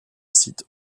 site